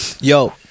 Yo